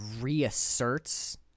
reasserts